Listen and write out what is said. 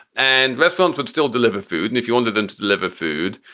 and restaurants would still deliver food. and if you wanted and to deliver food,